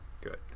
good